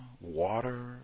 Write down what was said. water